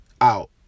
Out